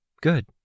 Good